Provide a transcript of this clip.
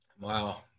Wow